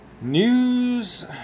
News